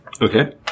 Okay